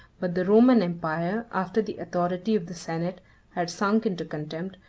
but the roman empire, after the authority of the senate had sunk into contempt,